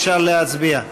אפשר להצביע.